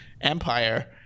Empire